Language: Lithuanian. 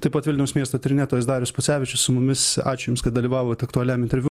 taip pat vilniaus miesto tyrinėtojas darius pocevičius su mumis ačiū jums kad dalyvavot aktualiam interviu